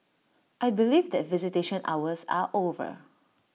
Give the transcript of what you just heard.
I believe that visitation hours are over